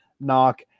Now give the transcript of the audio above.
knock